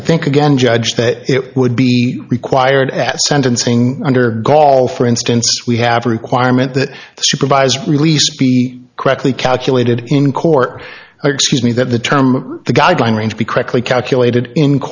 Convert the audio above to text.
i think again judge that it would be required at sentencing under golf for instance we have a requirement that the supervised release be correctly calculated in court or excuse me that the term the guideline range be quickly calculated in